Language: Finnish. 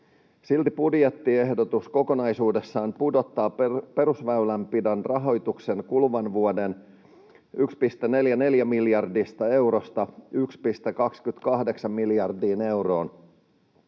Silti budjettiehdotus kokonaisuudessaan pudottaa perusväylänpidon rahoituksen kuluvan vuoden 1,44 miljardista eurosta 1,28 miljardiin euroon.